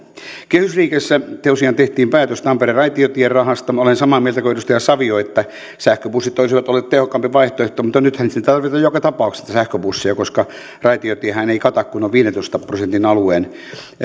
kehysriihessä tosiaan tehtiin päätös tampereen raitiotien rahasta minä olen samaa mieltä kuin edustaja savio että sähköbussit olisivat olleet tehokkaampi vaihtoehto mutta nythän sitten tarvitaan joka tapauksessa niitä sähköbusseja koska raitiotiehän ei kata kuin noin viidentoista prosentin alueen